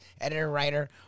editor-writer